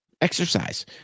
Exercise